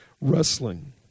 wrestling